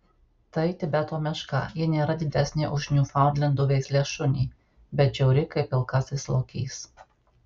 tai tibeto meška ji nėra didesnė už niūfaundlendų veislės šunį bet žiauri kaip pilkasis lokys